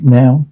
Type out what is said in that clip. now